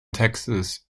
texas